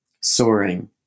soaring